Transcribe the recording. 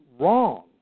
wrong